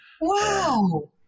wow